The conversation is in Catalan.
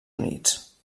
units